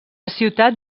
ciutat